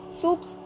soups